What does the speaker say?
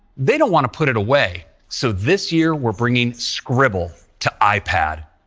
they don't wanna put it away. so this year we're bringing scribble to ipad,